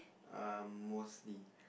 um mostly